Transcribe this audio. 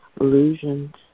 illusions